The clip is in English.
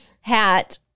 hat